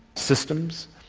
systems,